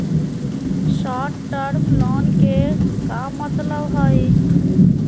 Short term loan के का मतलब हई?